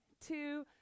two